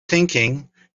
thinking